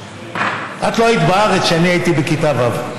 את לא היית בארץ כשאני הייתי בכיתה ו'.